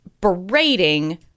berating